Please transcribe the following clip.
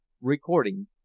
Recording